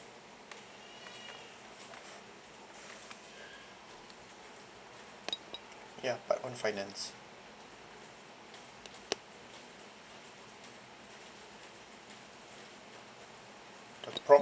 ya part one finance oh